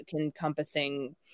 encompassing